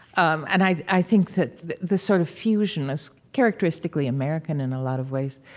um and i i think that this sort of fusion is characteristically american in a lot of ways.